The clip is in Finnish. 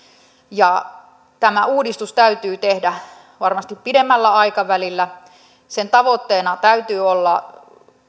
ja tämä uudistus täytyy tehdä varmasti pidemmällä aikavälillä sen tavoitteena täytyy olla